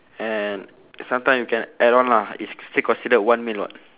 and sometime you can add on lah it's still considered one meal [what]